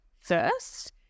first